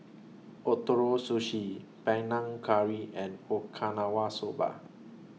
Ootoro Sushi Panang Curry and Okinawa Soba